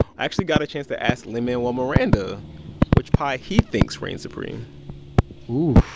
actually got a chance to ask lin-manuel miranda which pie he thinks reigns supreme oh,